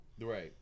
right